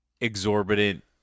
exorbitant